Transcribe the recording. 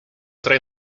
tre